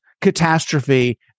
catastrophe